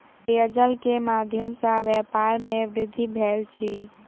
पेयजल के माध्यम सॅ व्यापार में वृद्धि भेल अछि